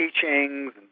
teachings